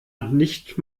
nicht